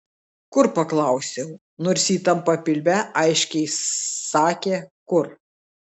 kur paklausiau nors įtampa pilve aiškiai sakė kur